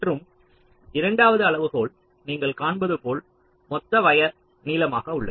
மற்றும் இரண்டாவது அளவுகோல் நீங்கள் காண்பது போல் மொத்த வயர் நீளமாக உள்ளது